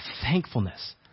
thankfulness